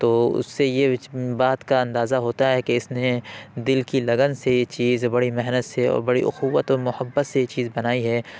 تو اس سے یہ بات کا اندازہ ہوتا ہے کہ اس نے دل کی لگن سے یہ چیز بڑی محنت سے اور بڑی اخوت اور محبت سے یہ چیز بنائی ہے